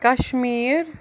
Kashmir